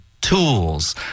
tools